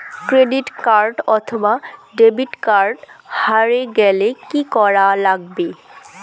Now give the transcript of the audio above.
Credit card অথবা debit card হারে গেলে কি করা লাগবে?